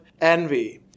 envy